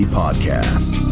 podcast